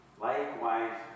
likewise